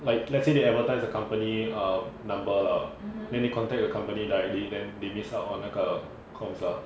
like let's say they advertise the company um number lah then they contact the company directly then they miss out on 那个 cost lah